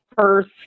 first